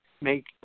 make